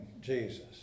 Jesus